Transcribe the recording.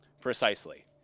Precisely